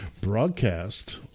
broadcast